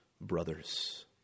brothers